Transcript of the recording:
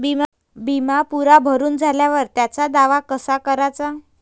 बिमा पुरा भरून झाल्यावर त्याचा दावा कसा कराचा?